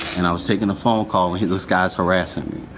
and i was taking a phone call and this guy's harassing